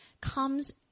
comes